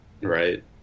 Right